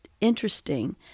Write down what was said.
interesting